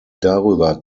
darüber